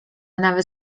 nawet